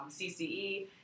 CCE